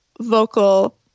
vocal